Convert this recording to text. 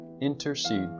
Intercede